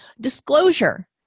Disclosure